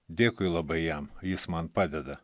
dėkui labai jam jis man padeda